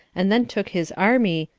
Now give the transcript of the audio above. and then took his army,